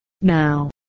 Now